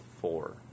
Four